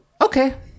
okay